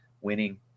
Winning